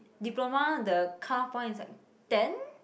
diploma the cut off point is like ten